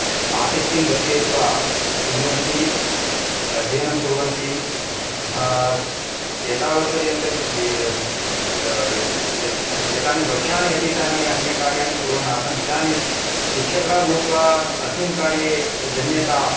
आसक्तिं दर्शयित्वा शृण्वन्ति अध्ययनं कुर्वन्ति एतावत्पर्यन्तं एतानि वर्षाणि अतीतानि अन्य कार्याणि कुर्वन् आसम् इदानीम् शिक्षकः भूत्वा अस्मिन् कार्ये धन्यता